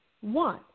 One